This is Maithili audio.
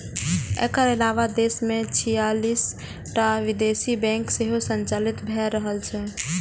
एकर अलावे देश मे छियालिस टा विदेशी बैंक सेहो संचालित भए रहल छै